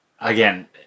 again